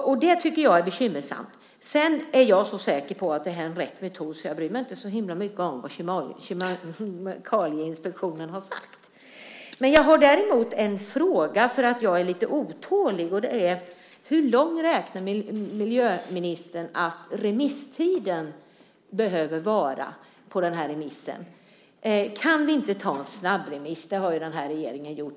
Det är bekymmersamt. Jag är så säker på att det här är rätt metod att jag inte bryr mig så mycket om vad Kemikalieinspektionen har sagt. Men jag är lite otålig, och jag har därför en fråga. Hur lång räknar miljöministern att remisstiden behöver vara för denna remiss? Kan det inte bli en snabbremiss? Det har regeringen redan gjort.